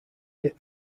hit